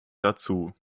dazu